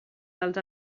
dels